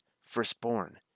firstborn